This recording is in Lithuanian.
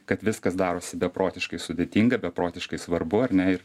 kad viskas darosi beprotiškai sudėtinga beprotiškai svarbu ar neir